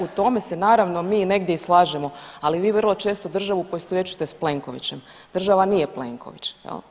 U tome se naravno mi negdje i slažemo, ali vi vrlo često državu poistovjećujete s Plenkovićem, država nije Plenković je.